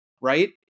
Right